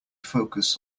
focus